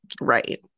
Right